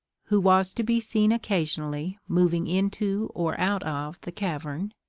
who was to be seen occasionally moving into or out of the cavern,